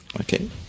okay